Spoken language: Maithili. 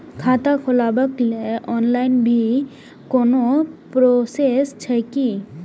खाता खोलाबक लेल ऑनलाईन भी कोनो प्रोसेस छै की?